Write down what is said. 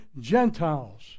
Gentiles